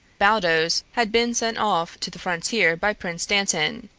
baldos had been sent off to the frontier by prince dantan,